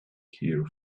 here